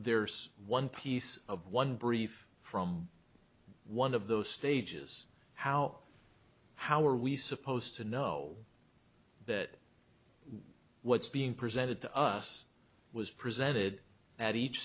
there's one piece of one brief from one of those stages how how are we supposed to know that what's being presented to us was presented at each